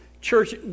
church